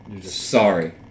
sorry